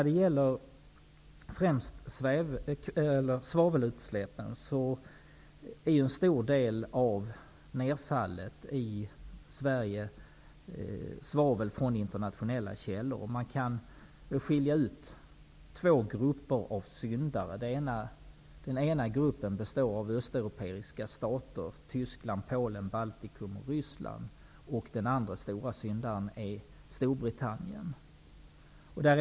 En stor del av nedfallet av svavel i Sverige kommer från internationella källor. Det går att skilja ut två grupper av syndare. Den ena gruppen består av östeuropeiska stater, såsom Tyskland, Polen, de baltiska staterna och Ryssland. Den andra stora syndaren är Storbritannien.